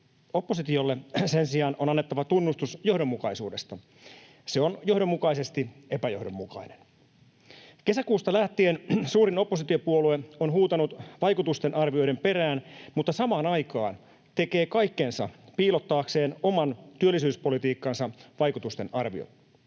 Oppositiolle sen sijaan on annettava tunnustus johdonmukaisuudesta: se on johdonmukaisesti epäjohdonmukainen. Kesäkuusta lähtien suurin oppositiopuolue on huutanut vaikutusten arvioiden perään mutta samaan aikaan tekee kaikkensa piilottaakseen oman työllisyyspolitiikkaansa vaikutusten arviot.